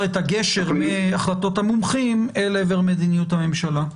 את הגשר מהחלטות המומחים אל עבר מדיניות הממשלה.